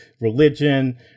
religion